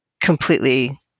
completely